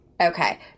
Okay